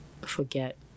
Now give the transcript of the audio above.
forget